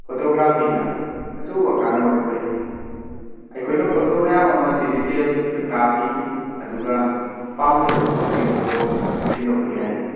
ꯐꯣꯇꯣꯒ꯭ꯔꯥꯐꯤꯗ ꯑꯆꯧꯕ ꯀꯥꯟꯅꯕ ꯄꯨꯔꯛꯏ ꯑꯩꯈꯣꯏꯅ ꯐꯣꯇꯣ ꯃꯌꯥꯝ ꯑꯃ ꯗꯤꯖꯤꯇꯦꯜꯗ ꯀꯥꯞꯄꯤ ꯑꯗꯨꯒ ꯄꯥꯝꯖꯕ ꯃꯈꯜꯒꯤ ꯐꯣꯇꯣ ꯁꯤꯟꯗꯣꯛꯄ ꯌꯥꯏ